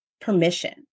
permission